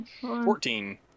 Fourteen